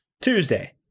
Tuesday